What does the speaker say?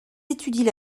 étudient